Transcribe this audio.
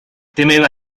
temeva